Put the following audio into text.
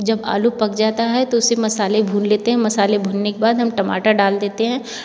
जब आलू पक जाता है तो उसे मसाले भून लेते हैं मसाले भूनने के बाद हम टमाटर डाल देते हैं